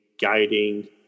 guiding